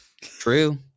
True